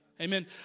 Amen